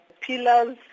pillars